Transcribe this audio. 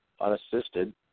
unassisted